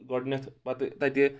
گۄڈنیٚتھ پَتہٕ تتہِ